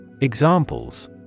Examples